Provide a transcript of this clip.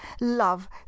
love